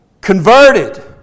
Converted